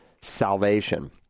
salvation